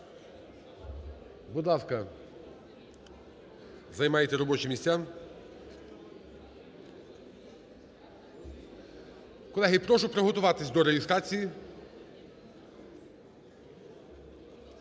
Будь ласка, займайте робочі місця. Колеги, прошу приготуватися до реєстрації.